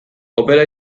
opera